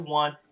one